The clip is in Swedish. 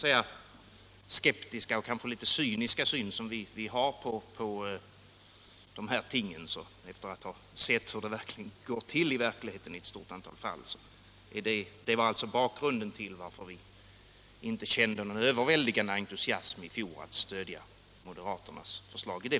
Den skeptiska och kanske litet cyniska syn vi har på dessa ting efter att ha sett hur det i verkligheten går till i ett stort antal fall var alltså anledningen till att vi i fjol inte kände någon överväldigande entusiasm för att stödja moderaternas förslag.